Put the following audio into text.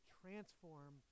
transform